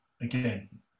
Again